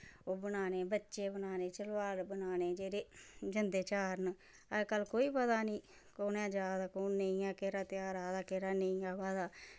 ओह् बनाने बच्चे बनाने चलोहार बनाने जेह्ड़े जंदे चार न अज्जकल कोई पता निं कु'न ऐ जा दा कु'न नेइयै केह्ड़ा त्यहार आ दा केह्ड़ा नेईं आवा दा